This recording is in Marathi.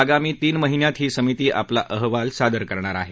आगामी तीन महिन्यात ही समिती आपला अहवाल सादर करणार आहे